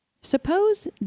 suppose